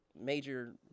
major